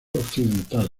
occidental